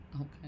Okay